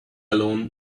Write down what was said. alone